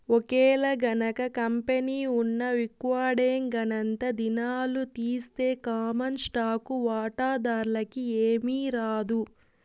ఒకేలగనక కంపెనీ ఉన్న విక్వడేంగనంతా దినాలు తీస్తె కామన్ స్టాకు వాటాదార్లకి ఏమీరాదు